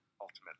ultimately